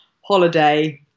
holiday